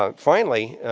um finally,